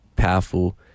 powerful